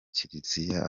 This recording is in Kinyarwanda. kiliziya